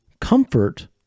comfort